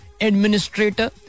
administrator